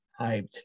hyped